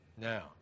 Now